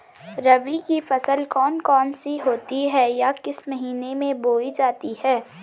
रबी की फसल कौन कौन सी होती हैं या किस महीने में बोई जाती हैं?